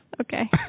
Okay